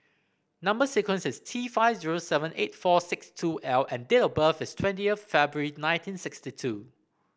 number sequence is T five zero seven eight four six two L and date of birth is twenty of February nineteen sixty two